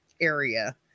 area